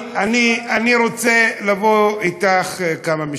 אני רוצה לבוא אתך כמה משפטים,